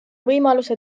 võimaluse